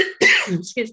Excuse